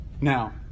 Now